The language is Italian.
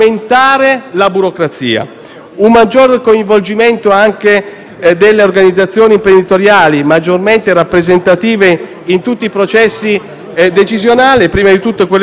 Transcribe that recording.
Un maggior coinvolgimento anche delle organizzazioni imprenditoriali maggiormente rappresentative in tutti i processi decisionali, prima di tutto quelle turistiche, è ciò che ci saremmo